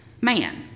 man